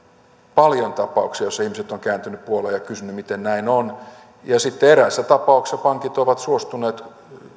paljon tapauksia joissa ihmiset ovat kääntyneet puoleeni ja kysyneet miten näin on sitten eräissä tapauksissa pankit ovat suostuneet